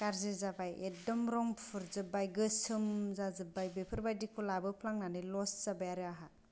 गाज्रि जाबाय एकदम रं फुरजोब्बाय गोसोम जाजोब्बाय बेफोर बायदिखौ लाबोफ्लांनानै लस जाबाय आरो आंहा